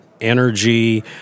energy